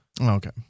Okay